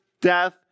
death